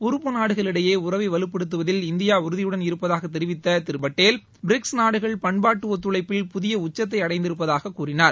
உறுப்பு நாடுகளுக்கிடையே உறவை வலுப்படுத்துவதில் இந்தியா உறுதியுடன் இருப்பதாக தெரிவித்த திரு பட்டேல் பிரிக்ஸ் நாடுகள் பண்பாட்டு ஒத்துழைப்பில் புதிய உச்சத்தை அடைந்திருப்பதாகக் கூறினார்